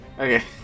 Okay